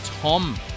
Tom